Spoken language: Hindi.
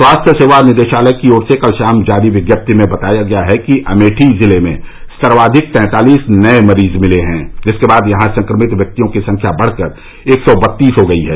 स्वास्थ्य सेवा निदेशालय की ओर से कल शाम जारी विज्ञप्ति में बताया गया कि अमेठी जिले में सर्वाधिक तैंतालीस नए मरीज मिले हैं जिसके बाद यहां संक्रमित व्यक्तियों की संख्या बढ़कर एक सौ बत्तीस हो गई है